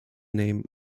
name